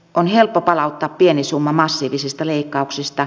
on helppo palauttaa pieni summa massiivisista leikkauksista